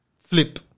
flip